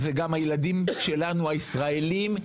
וגם הילדים שלנו הישראלים,